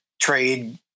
trade